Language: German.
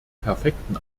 perfekten